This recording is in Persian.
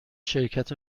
شرکت